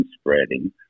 spreading